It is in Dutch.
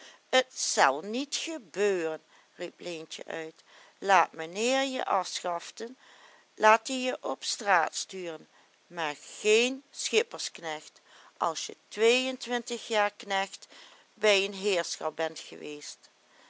t zel niet gebeuren riep leentjen uit laat menheer je afschaften laat ie je op straat sturen maar geen schippersknecht as je tweeëntwintig jaar knecht bij een heerschap bent geweest